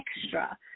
extra